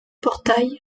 portail